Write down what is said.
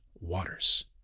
Waters